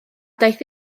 daeth